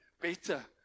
better